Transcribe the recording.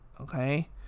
Okay